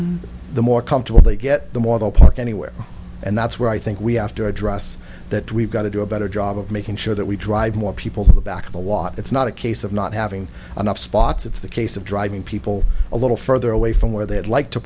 week the more comfortable they get the more they'll park anywhere and that's where i think we have to address that we've got to do a better job of making sure that we drive more people to the back of the water it's not a case of not having enough spots it's the case of driving people a little further away from where they'd like to